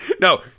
No